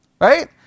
right